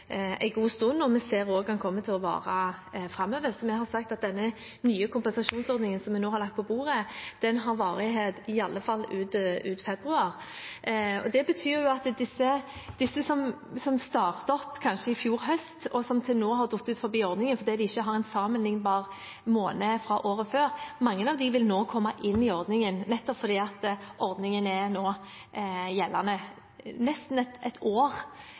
god stund, og vi ser at den kommer til å vare framover, så vi har sagt at denne nye kompensasjonsordningen som vi nå har lagt på bordet, har varighet i alle fall ut februar. Det betyr at mange av dem som startet opp kanskje i fjor høst, og som til nå har falt utenfor ordningen fordi de ikke har en sammenlignbar måned fra året før, vil nå komme inn i ordningen, nettopp fordi ordningen nå er gjeldende nesten et år